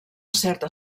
certa